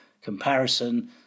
comparison